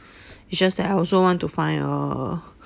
it's just that I also want to find a